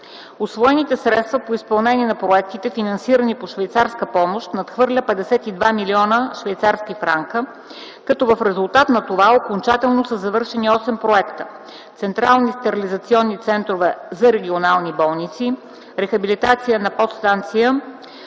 Усвоените средства по изпълнение на проектите, финансирани със швейцарска помощ, надхвърлят 52 млн. швейцарски франка, като в резултат на това окончателно са завършени осем проекта: „Централни стерилизационни центрове за регионални болници”; „Рехабилитация на подстанция